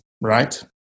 right